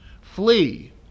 flee